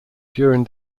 during